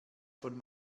von